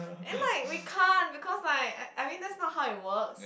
then like we can't because like I I mean that's not how it works